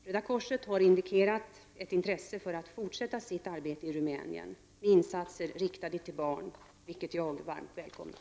Röda korset har indikerat ett intresse för att fortsätta sitt arbete i Rumänien med insatser riktade till barn, vilket jag varmt välkomnar.